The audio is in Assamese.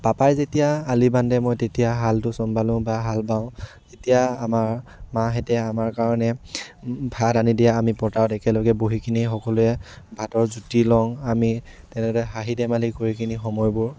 পাপাই যেতিয়া আলি বান্ধে মই তেতিয়া হালটো চম্ভালোঁ বা হাল বাও তেতিয়া আমাৰ মাহঁতে আমাৰ কাৰণে ভাত আনি দিয়ে আমি পথাৰত একেলগে বহি কিনি সকলোৱে ভাতৰ জুটি লওঁ আমি তেনেদৰে হাঁহি ধেমালি কৰি কিনি সময়বোৰ